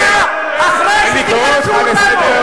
לאיפה תובילו את השנאה אחרי שתגרשו אותנו?